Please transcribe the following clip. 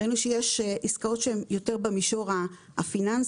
ראינו שיש עסקאות שהן יותר במישור הפיננסי,